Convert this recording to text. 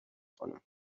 خانم